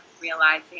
realizing